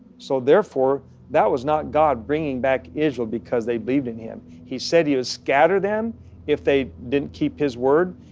so therefore that was not god bringing back israel because they believed in him. he said he would ah scatter them if they didn't keep his word,